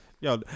Yo